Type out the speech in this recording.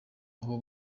aho